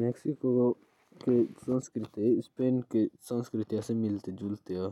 मेक्सिको की संस्कृति और इसपे की संस्कृति सेम ह ।